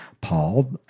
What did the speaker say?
Paul